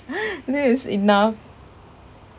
this is enough